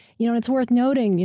you know it's worth notice.